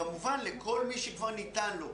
כמובן לכל מי שכבר ניתן לו,